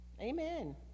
Amen